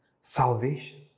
salvation